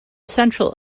central